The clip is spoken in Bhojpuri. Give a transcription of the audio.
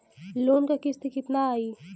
लोन क किस्त कितना आई?